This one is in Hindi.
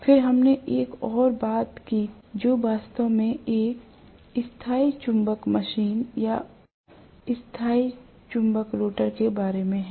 फिर हमने एक और बात भी की जो वास्तव में एक स्थायी चुंबक मशीन या स्थायी चुंबक रोटर के बारे में है